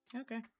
Okay